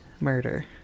Murder